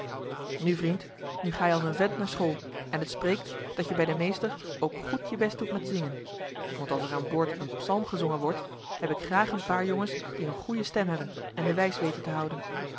nu vrind nu ga-je als een vent naar school en het spreekt dat je bij den meester ook goed je best doet met zingen want als er aan boord een psalm gezongen wordt heb ik graag een paar jongens die een goeie stem hebben en de wijs weten te houden